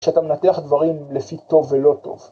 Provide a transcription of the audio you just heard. ‫כשאתה מנתח דברים ‫לפי טוב ולא טוב.